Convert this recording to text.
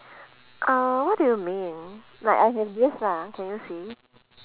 uh what do you mean like I have this lah can you see